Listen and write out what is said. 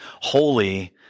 holy